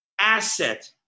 asset